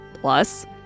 plus